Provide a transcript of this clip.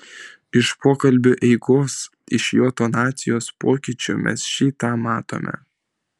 iš pokalbio eigos iš jo tonacijos pokyčių mes šį tą matome